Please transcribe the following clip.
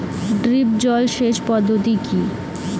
Drip জল সেচ পদ্ধতি কি?